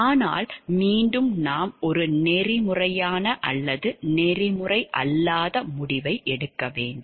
ஆனால் மீண்டும் நாம் ஒரு நெறிமுறையான அல்லது நெறிமுறை அல்லாத முடிவை எடுக்க வேண்டும்